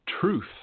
Truth